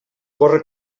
corre